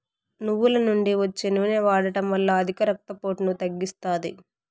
నువ్వుల నుండి వచ్చే నూనె వాడడం వల్ల అధిక రక్త పోటును తగ్గిస్తాది